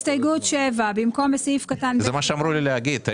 זה מה שאמרו לי להגיד.